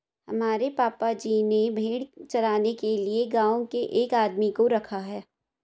हमारे पापा जी ने भेड़ चराने के लिए गांव के एक आदमी को रखा है